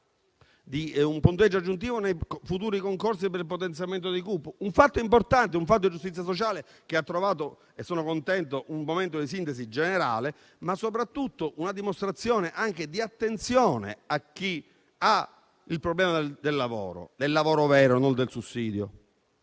un punteggio aggiuntivo nei futuri concorsi per il potenziamento dei CUP. È un fatto importante, un fatto di giustizia sociale, e sono contento che abbia trovato un momento di sintesi generale. Soprattutto, è una dimostrazione anche di attenzione a chi ha il problema del lavoro, e del lavoro vero, non del sussidio.